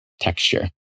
texture